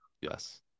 Yes